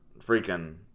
freaking